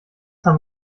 haben